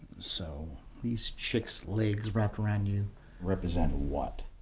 so these chicks's legs wrapped around you represent what?